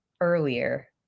earlier